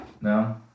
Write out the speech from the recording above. No